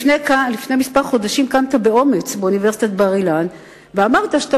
לפני כמה חודשים קמת באומץ באוניברסיטת בר-אילן ואמרת שאתה